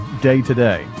day-to-day